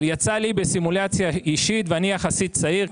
יצא לי בסימולציה אישית ואני יחסית צעיר,